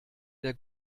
der